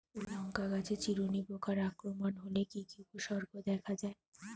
লঙ্কা গাছের চিরুনি পোকার আক্রমণ হলে কি কি উপসর্গ দেখা যায়?